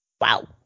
Wow